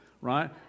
right